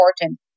important